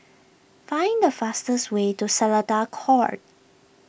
find the fastest way to Seletar Court